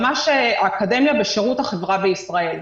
ממש האקדמיה בשירות החברה בישראל.